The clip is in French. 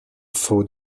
faut